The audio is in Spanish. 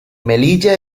melilla